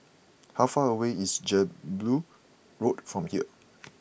how far away is Jelebu Road from here